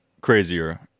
crazier